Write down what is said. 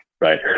right